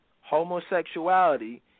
homosexuality